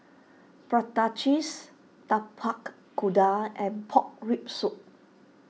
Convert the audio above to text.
Prata Cheese Tapak Kuda and Pork Rib Soup